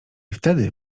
wtedy